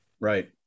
Right